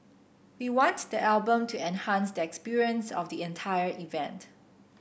we want the album to enhance the experience of the entire event